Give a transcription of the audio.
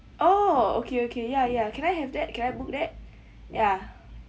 oh okay okay ya ya can I have that can I book that ya